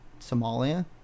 Somalia